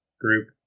group